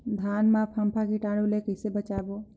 धान मां फम्फा कीटाणु ले कइसे बचाबो?